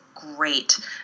Great